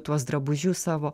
tuos drabužius savo